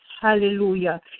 hallelujah